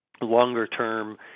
longer-term